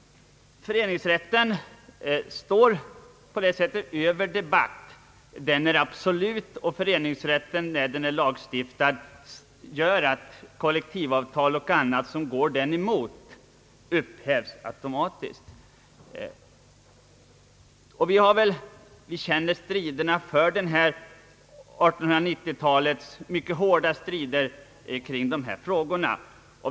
Föreningsrätten står på det sättet över debatt. Den är absolut. Föreningsrätten är lagfäst, vilket innebär att kollektivavtal m.m. som går den emot automatiskt upphävs. Vi känner 1890-talets hårda strider kring de här frågorna.